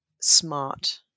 smart